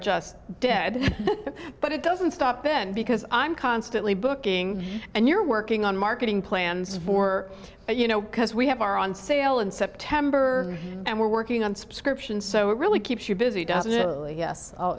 just dead but it doesn't stop then because i'm constantly booking and you're working on marketing plans for you know because we have our on sale in september and we're working on subscriptions so it really keeps you busy d